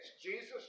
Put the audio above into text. Jesus